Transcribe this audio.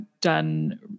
done